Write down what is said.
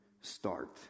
start